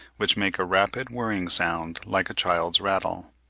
which make a rapid whirring sound like a child's rattle.